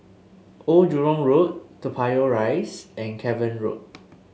Old Jurong Road Toa Payoh Rise and Cavan Road